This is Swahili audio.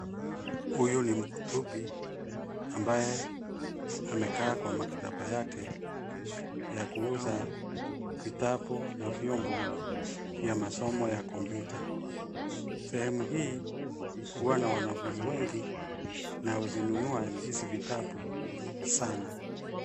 Huyu ni mkutubi ambaye amekaa kwa maktaba yake ya kuuza vitabu na vyombo vya masomo ya kompyuta. Sehemu hii huwa na wanafunzi wengi na huzinunua hizi vitabu sana.